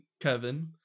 Kevin